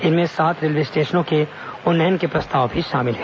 इनमें सात रेलवे स्टेशनों के उन्नयन के प्रस्ताव भी शामिल हैं